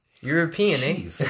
European